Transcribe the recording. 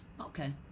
okay